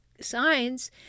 signs